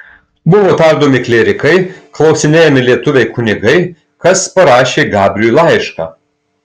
buvo tardomi klierikai klausinėjami lietuviai kunigai kas parašė gabriui laišką